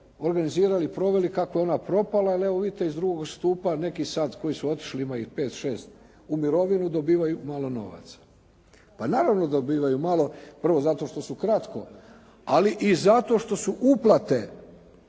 organizirali provedbu kako je ona propala. Ali evo vidite iz drugog stupa neki sada koji su otišli ima ih pet, šest u mirovinu dobivaju malo novaca. Pa naravno da dobivaju malo, prvo zato što su kratko, ali i zato što su uplate